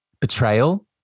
betrayal